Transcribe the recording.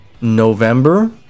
November